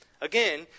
again